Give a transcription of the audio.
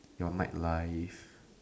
your night life